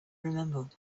remember